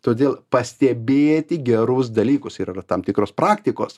todėl pastebėti gerus dalykus ir yra tam tikros praktikos